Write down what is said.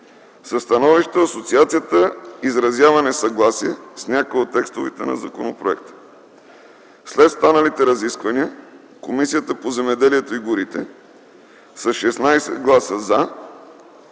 Със становището Асоциацията изразява несъгласие с някои от текстовете на законопроекта. След станалите разисквания Комисията по земеделието и горите с 16 гласа „за”,